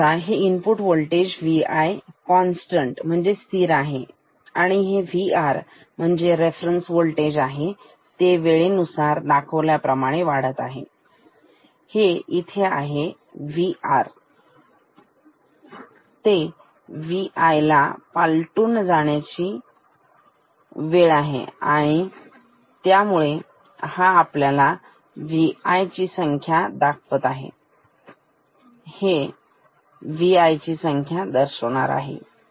समजा हे input voltage Vi constant स्थिर आहे आणि हे Vr वोल्टेज आहे वेळेनुसार दाखवल्याप्रमाणे वाढत आहे हे आणि हे इथे Vr ला Vi पालटून जाण्यासाठी लागणारा वेळ आहे आणि हा आपल्याला Vi ची संख्या सांगणार आहे हे Vi ची संख्या दाखवणार आहे